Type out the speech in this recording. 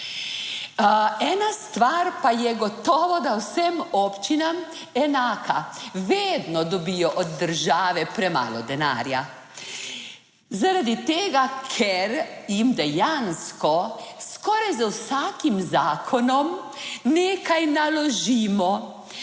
Ena stvar pa je gotovo, da vsem občinam, enaka, vedno dobijo od države premalo denarja. Zaradi tega, ker jim dejansko skoraj z vsakim zakonom nekaj naložimo